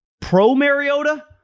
pro-Mariota